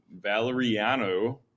Valeriano